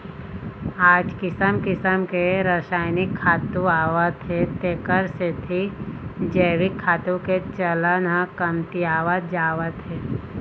आज किसम किसम के रसायनिक खातू आवत हे तेखर सेती जइविक खातू के चलन ह कमतियावत जावत हे